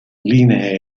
linee